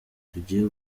tugiye